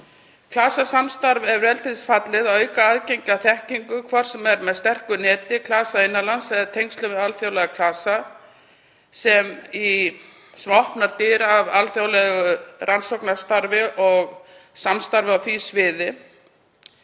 Klasasamstarf er vel til þess fallið að auka aðgengi að þekkingu, hvort sem er með sterku neti klasa innan lands eða í tengslum við alþjóðlega klasa sem opna dyr að alþjóðlegu rannsóknarstarfi og samstarfi á því sviði.